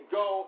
go